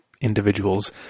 individuals